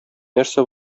нәрсә